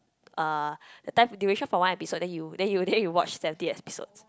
uh the time duration for one episode then you then you then you watch seventy episodes